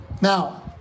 Now